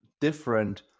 different